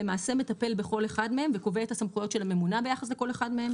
למעשה מטפל בכל אחד מהם וקובע את הסמכויות של הממונה ביחס לכל אחד מהם.